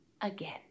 again